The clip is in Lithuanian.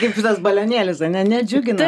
kaip šitas balionėlis ane nedžiugina